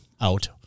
out